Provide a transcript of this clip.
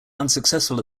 unsuccessful